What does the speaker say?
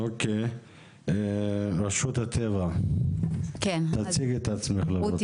אוקי, רשות הטבע והגנים, תציגי את עצמך בבקשה.